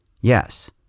Yes